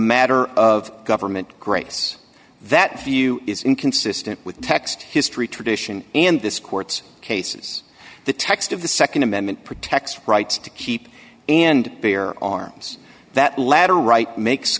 matter of government grace that view is inconsistent with text history tradition and this court's cases the text of the nd amendment protects right to keep and bear arms that latter right makes